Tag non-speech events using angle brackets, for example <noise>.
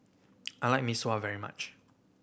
<noise> I like Mee Sua very much